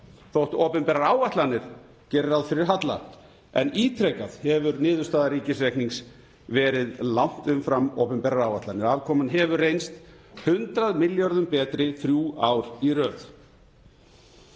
þótt opinberar áætlanir geri ráð fyrir halla. En ítrekað hefur niðurstaða ríkisreiknings verið langt umfram opinberar áætlanir. Afkoman hefur reynst 100 milljörðum betri þrjú ár í röð.